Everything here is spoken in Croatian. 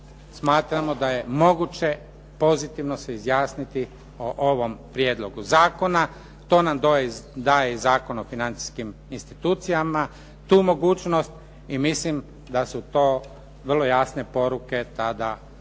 smatramo da je moguće pozitivno se izjasniti o ovom prijedlogu zakona. To nam da je i Zakon o financijskim institucijama tu mogućnost i mislim da su to vrlo jasne poruke tada i